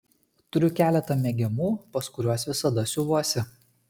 turiu keletą mėgiamų pas kuriuos visada siuvuosi